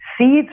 seeds